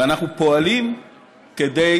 ואנחנו פועלים כדי